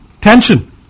tension